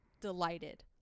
delighted